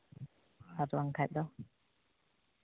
ᱟᱨ ᱵᱟᱝᱠᱷᱟᱱ ᱫᱚ